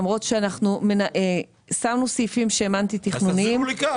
למרות שאנחנו שמנו סעיפים שהם אנטי תכנוניים --- אז תחזרו לכאן.